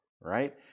right